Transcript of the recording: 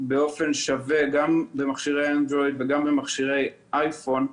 באופן שווה גם במכשירי אנדרואיד וגם במכשירי אייפון,